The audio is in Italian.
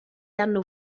hanno